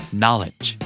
knowledge